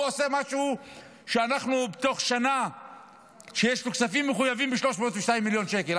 הוא עושה משהו שבתוך שנה יש לו כספים מחויבים ב-302 מיליון שקל?